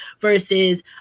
versus